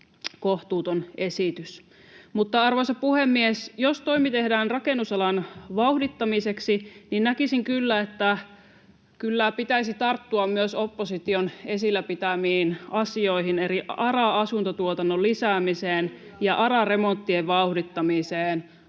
kohtuuton esitys. Mutta, arvoisa puhemies, jos toimi tehdään rakennusalan vauhdittamiseksi, niin näkisin kyllä, että pitäisi tarttua myös opposition esillä pitämiin asioihin eli ARA-asuntotuotannon lisäämiseen ja ARA-remonttien vauhdittamiseen.